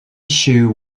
shu